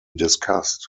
discussed